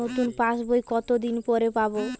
নতুন পাশ বই কত দিন পরে পাবো?